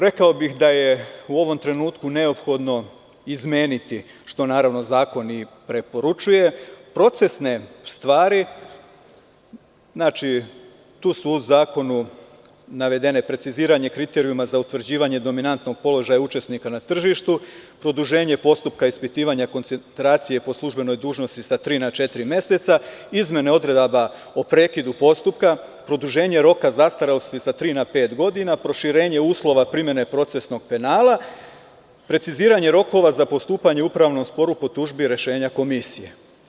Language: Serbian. Rekao bih da je u ovom trenutku neophodno izmeniti, što naravno zakon i preporučuje, procesne stvari, znači, tu su u zakonu naveden preciziranje kriterijuma za utvrđivanje dominantnog položaja učesnika na tržištu, produženje postupka ispitivanja koncentracije po službenoj dužnosti sa tri na četiri meseca, izmene odredaba o prekidu postupka, produženje roka zastarelosti sa tri na pet godina, proširenje uslova primene procesnog penala, preciziranje rokova za postupanje u upravnom sporu po tužbi rešenja komisije.